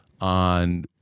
on